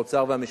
האוצר והמשפטים.